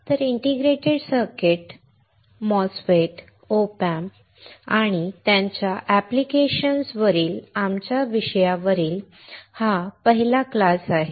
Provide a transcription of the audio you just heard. तर integrated circuit MOSFETS op amps आणि त्यांच्या ऍप्लिकेशन्सवरील आमच्या विषयावरील हा पहिला वर्ग आहे